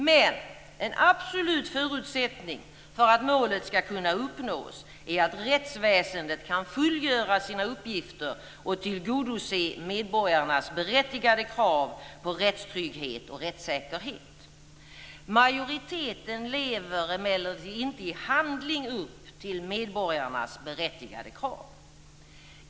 Men en absolut förutsättning för att målet ska kunna uppnås är att rättsväsendet kan fullgöra sina uppgifter och tillgodose medborgarnas berättigade krav på rättstrygghet och rättssäkerhet. Majoriteten lever emellertid inte i handling upp till medborgarnas berättigade krav.